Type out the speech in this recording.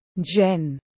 Jen